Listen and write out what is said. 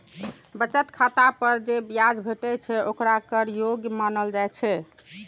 बचत खाता पर जे ब्याज भेटै छै, ओकरा कर योग्य मानल जाइ छै